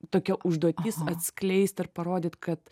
tokia užduotis atskleist ir parodyt kad